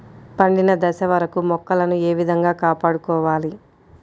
పండిన దశ వరకు మొక్కలను ఏ విధంగా కాపాడుకోవాలి?